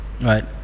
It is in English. right